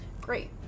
Great